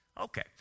okay